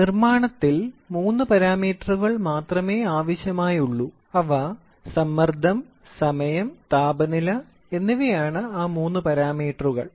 നിർമ്മാണത്തിൽ മൂന്ന് പാരാമീറ്ററുകൾ മാത്രമേ ആവശ്യമായുള്ളൂ അവ സമ്മർദ്ദം സമയം താപനില എന്നിവയാണ് ആ മൂന്ന് പാരാമീറ്ററുകൾ